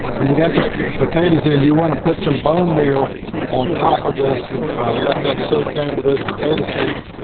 when you get your potatoes in you want to put some bone meal on top of this and let that soak down to those potato seeds